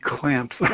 clamps